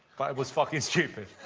but it was fucking stupid.